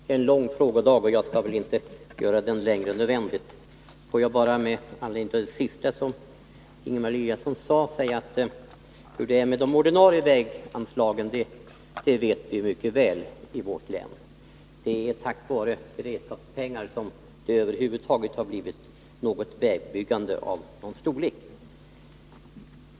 Herr talman! Det har varit en lång frågedag, och jag skall väl inte göra den längre än nödvändigt. Får jag bara med anledning av Ingemar Eliassons senaste uttalande säga att vi i vårt län mycket väl vet hur det förhåller sig med de ordinarie väganslagen. Det är tack vare beredskapspengar som det över huvud taget har blivit något vägbyggande att tala om.